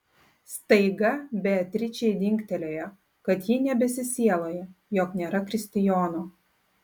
staiga beatričei dingtelėjo kad ji nebesisieloja jog nėra kristijono